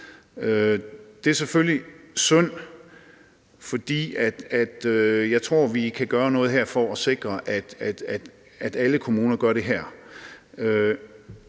Det er selvfølgelig synd, for jeg tror, vi kan gøre noget her for at sikre, at alle kommuner gør det her.